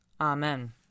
Amen